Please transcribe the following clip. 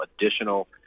additional